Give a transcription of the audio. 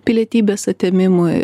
pilietybės atėmimui